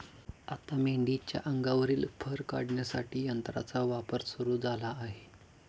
आता मेंढीच्या अंगावरील फर काढण्यासाठी यंत्राचा वापर सुरू झाला आहे